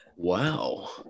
Wow